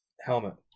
Helmet